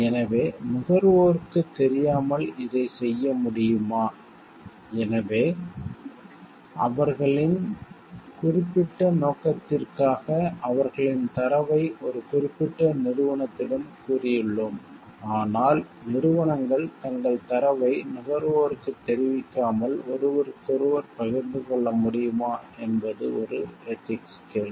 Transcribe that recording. எனவே நுகர்வோருக்குத் தெரியாமல் இதைச் செய்ய முடியுமா எனவே அவர்களின் குறிப்பிட்ட நோக்கத்திற்காக அவர்களின் தரவை ஒரு குறிப்பிட்ட நிறுவனத்திடம் கூறியுள்ளோம் ஆனால் நிறுவனங்கள் தங்கள் தரவை நுகர்வோருக்கு தெரிவிக்காமல் ஒருவருக்கொருவர் பகிர்ந்து கொள்ள முடியுமா என்பது ஒரு எதிக்ஸ் கேள்வி